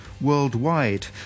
worldwide